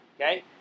okay